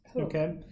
okay